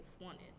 wanted